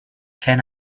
can